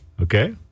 Okay